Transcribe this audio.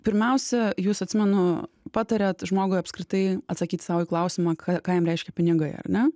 pirmiausia jūs atsimenu patariat žmogui apskritai atsakyt sau į klausimą ką jam reiškia pinigai ar ne